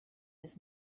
his